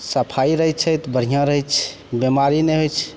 सफाइ रहय छै तऽ बढ़िआँ रहय छै बीमारी नहि होइ छै